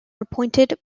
appointed